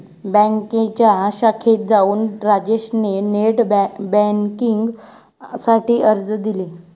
बँकेच्या शाखेत जाऊन राजेश ने नेट बेन्किंग साठी अर्ज दिले